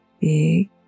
big